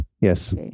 yes